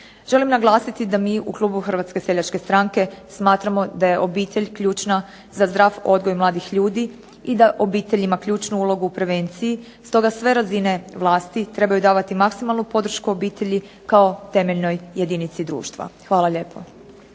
Želim naglasiti da mi u klubu Hrvatske seljačke stranke smatramo da je obitelj ključna za zdrav odgoj mladih ljudi i da obitelj ima ključnu ulogu u prevenciji. Stoga sve razine vlasti trebaju davati maksimalnu podršku obitelji kao temeljnoj jedinici društva. Hvala lijepo.